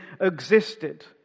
existed